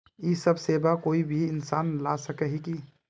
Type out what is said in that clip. इ सब सेवा कोई भी इंसान ला सके है की?